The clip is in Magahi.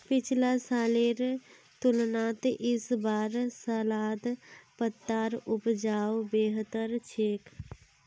पिछला सालेर तुलनात इस बार सलाद पत्तार उपज बेहतर छेक